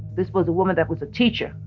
this was a woman that was a teacher,